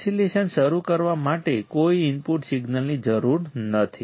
oscillation શરૂ કરવા માટે કોઈ ઇનપુટ સિગ્નલની જરૂર નથી